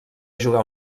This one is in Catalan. jugar